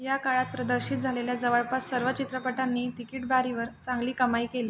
या काळात प्रदर्शित झालेल्या जवळपास सर्व चित्रपटांनी तिकिटबारीवर चांगली कमाई केली